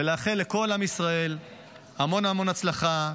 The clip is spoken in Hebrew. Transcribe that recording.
ולאחל לכל עם ישראל המון המון הצלחה,